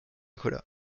cola